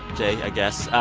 jay, i guess.